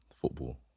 football